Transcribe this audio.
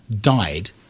died